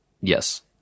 yes